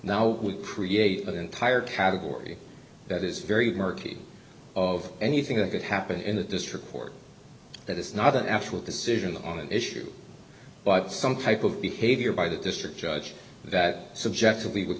now we create an entire category that is very murky of anything that could happen in a district court that is not an actual decision on an issue but some type of behavior by the district judge that subject